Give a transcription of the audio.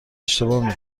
اشتباه